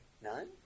None